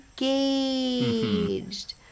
engaged